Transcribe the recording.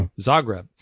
Zagreb